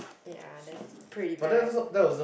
ya that's pretty bad